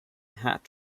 hat